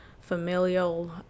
familial